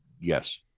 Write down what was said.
yes